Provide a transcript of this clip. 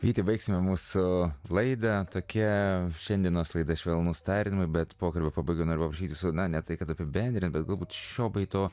ryt baigsime mūsų laidą tokia šiandienos laida švelnūs tardymai bet pokalbio pabaiga nurašyti zona ne tai kad apibendrinti bet galbūt šio bei to